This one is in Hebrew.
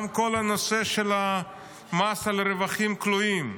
גם כל הנושא של מס על רווחים כלואים,